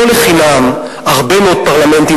לא לחינם הרבה מאוד פרלמנטים,